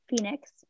Phoenix